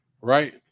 Right